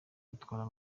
bitwara